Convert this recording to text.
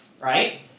right